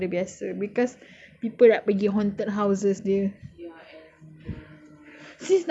but I think halloween horror nights more people daripada biasa because people nak pergi haunted houses dia